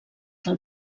del